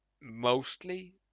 Mostly